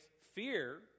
fear